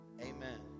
Amen